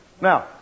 Now